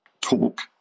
talk